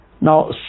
Now